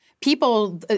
People